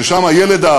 ששם הילד,